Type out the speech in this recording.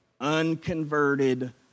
unconverted